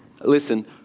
listen